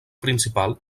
principal